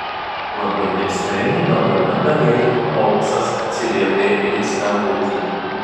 labai tiksliai labai mandagiai holmsas atsiliepė į skambutį